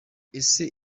ese